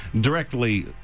directly